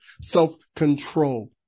Self-control